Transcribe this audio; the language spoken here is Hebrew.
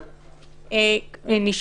רוחבית או לא רוחבית.